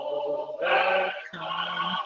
overcome